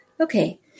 Okay